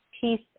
peace